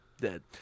dead